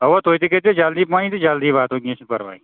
اَوا تُہۍ تہِ کٔرۍزیو جلدی پہنۍ تہٕ جلدی واتو کینٛہہ چھُنہٕ پرواے